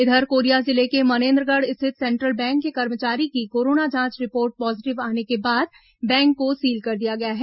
इधर कोरिया जिले के मनेन्द्रगढ़ रिथत सेंट्रल बैंक के कर्मचारी की कोरोना जांच रिपोर्ट पॉजीटिव आने के बाद बैंक को सील कर दिया गया है